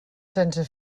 sense